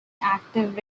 active